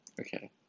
okay